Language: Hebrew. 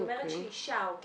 זאת אומרת שאישה או גבר,